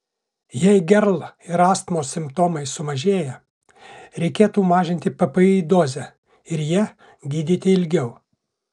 jei gerl ir astmos simptomai sumažėja reikėtų mažinti ppi dozę ir ja gydyti ilgiau